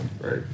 right